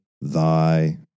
thy